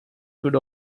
could